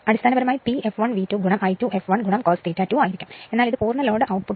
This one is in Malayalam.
അടിസ്ഥാനപരമായി P fl V2 I2 fl cos ∅2 ആയിരിക്കും അതിനാൽ ഇത് പൂർണ്ണ ലോഡ് ഉത്പാദനം ആണ്